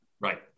right